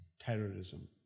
terrorism